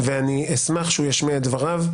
אשמח שישמיע את דבריו.